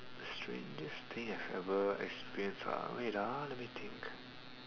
strangest thing I've ever experienced ah wait ah let me think